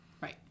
Right